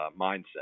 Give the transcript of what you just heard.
mindset